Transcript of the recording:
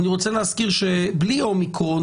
אני רוצה להזכיר שבלי אומיקרון,